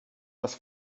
das